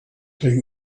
take